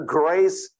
grace